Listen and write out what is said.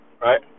Right